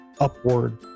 upward